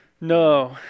No